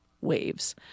waves